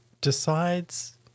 decides